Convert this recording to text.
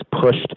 pushed